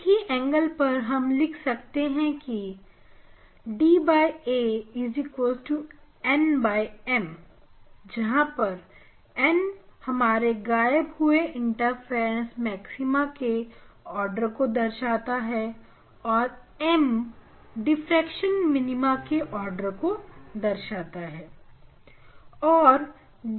एक ही एंगल पर हम लिख सकते हैं कि da nm जहां पर n हमारे गायब हुए इंटरफेरेंस मैक्सिमा के ऑर्डर को दर्शाता है और m डिफ्रेक्शन मिनीमा के आर्डर को दर्शाता है